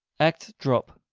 act drop.